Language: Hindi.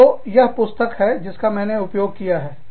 तो यह पुस्तक है जिसका मैं उपयोग करने जा रही हूं